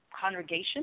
congregation